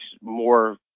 more